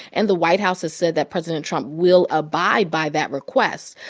and the white house has said that president trump will abide by that request.